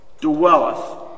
dwelleth